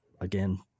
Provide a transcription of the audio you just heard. again